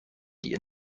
die